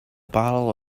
bottle